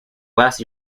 last